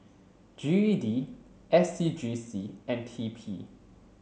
G E D S C G C and T P